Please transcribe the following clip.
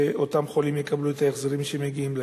ושאותם חולים יקבלו את ההחזרים שמגיעים להם.